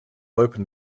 opened